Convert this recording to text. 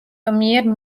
მიერ